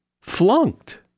flunked